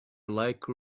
like